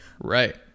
Right